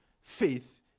Faith